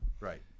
Right